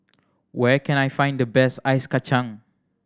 where can I find the best Ice Kachang